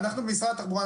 משרד התחבורה,